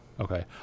Okay